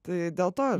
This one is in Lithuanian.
tai dėl to